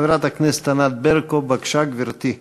חברת הכנסת ענת ברקו, בבקשה, גברתי.